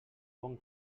bon